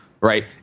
right